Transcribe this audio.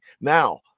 Now